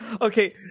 Okay